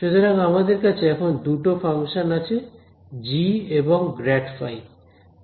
সুতরাং আমাদের কাছে এখন দুটো ফাংশান আছে g এবং ∇ϕ